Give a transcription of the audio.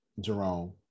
Jerome